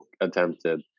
attempted